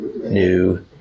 New